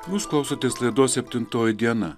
jūs klausotės laidos septintoji diena